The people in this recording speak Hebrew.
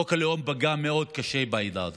חוק הלאום פגע מאוד קשה בעדה הדרוזית,